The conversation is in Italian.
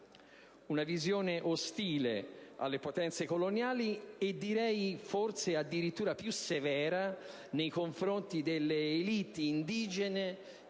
Una visione ostile alle potenze coloniali, e direi forse addirittura più severa nei confronti delle *élite* indigene